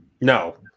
No